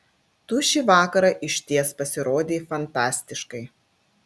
tu šį vakarą išties pasirodei fantastiškai